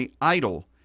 idle